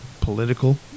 political